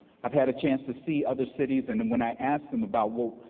i've had a chance to see other cities, and and when i ask them about, well,